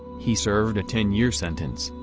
he served a ten year sentence,